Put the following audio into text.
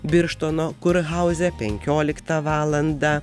birštono kurhauze penkioliktą valandą